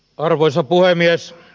arvoisa puhemies